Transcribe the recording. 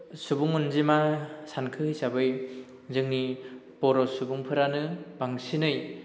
सुबुं अनजिमा सानखो हिसाबै जोंनि बर' सुबुंफोरानो बांसिनै